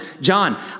John